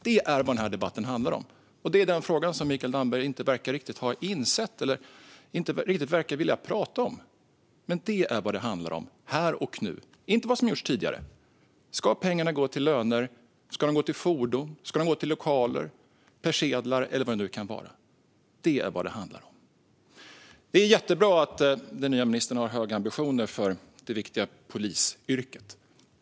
Det är vad debatten handlar om, och det är den fråga som Mikael Damberg inte riktigt verkar ha insett eller vilja prata om. Men det är vad det handlar om här och nu. Det handlar inte om vad som har gjorts tidigare. Ska pengarna gå till löner? Eller ska de gå till fordon, till lokaler, till persedlar eller vad det nu kan vara? Det är vad det handlar om. Det är jättebra att den nya ministern har höga ambitioner för det viktiga polisyrket.